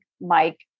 Mike